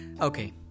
okay